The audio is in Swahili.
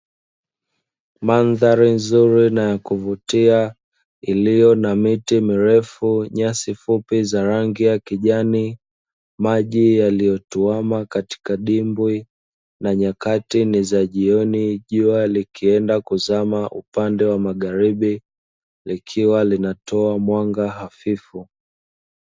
Mandhari nzuri na ya kuvutia iliyo na miti mirefu, nyasi fupi za rangi ya kijani, maji yaliyo tuama katika dimbwi na nyakati ni za jioni jua likienda kuzama upande wa magharibi, likiwa linatoa mwanga hafifu.